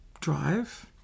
drive